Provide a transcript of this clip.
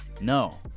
No